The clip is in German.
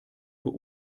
für